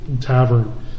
tavern